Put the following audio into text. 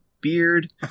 beard